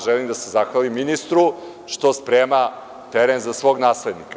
Želim da se zahvalim ministru što sprema teren za svog naslednika.